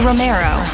Romero